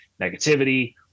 negativity